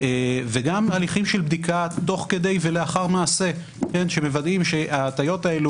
וגם הליכים של בדיקה תוך כדי ולאחר מעשה שמוודאים שההטיות האלה